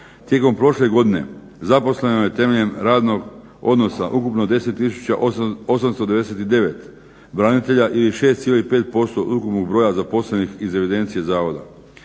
Tijekom prošle godine zaposleno je temeljem radnog odnosa ukupno 10899 branitelja ili 6,5% od ukupnog broja zaposlenih iz evidencije zavoda.